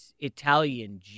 Italian